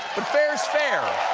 but fair's fair.